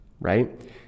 right